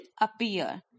appear